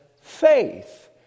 faith